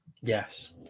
Yes